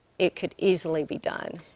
it could easily be done.